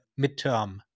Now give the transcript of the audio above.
midterm